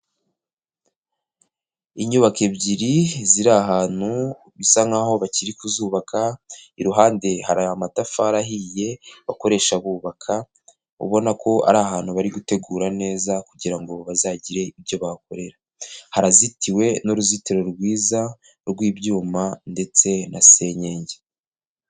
Inyubako ebyiri ziri ahantu bisa nkaho bakiri kuzubaka, iruhande hari amatafari ahiye bakoresha bubaka ubona ko ari ahantu bari gutegura neza kugira ngo bazagire ibyo bahakorera, harazitiwe n'uruzitiro rwiza rw'ibyuma ndetse na senyenge.